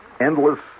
endless